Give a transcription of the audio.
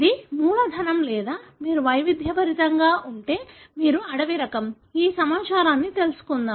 ఇది మూలధనం లేదా మీరు వైవిధ్యభరితంగా ఉంటే మీరు అడవి రకం ఈ సమాచారాన్ని తెలుసుకుందాం